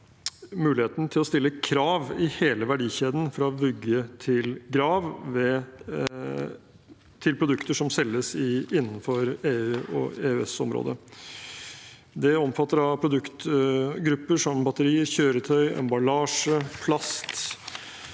muligheten til å stille krav i hele verdikjeden, fra vugge til grav, til produkter som selges innenfor EU og EØS-området. Det omfatter produktgrupper som batterier, kjøretøy, emballasje, plast,